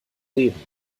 leben